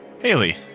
Haley